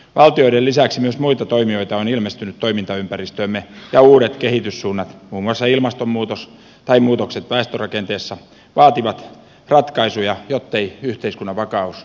valtioiden lisäksi myös muita toimijoita on ilmestynyt toimintaympäristöömme ja uudet kehityssuunnat muun muassa ilmastonmuutos tai muutokset väestörakenteessa vaativat ratkaisuja jottei yhteiskunnan vakaus järky